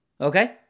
Okay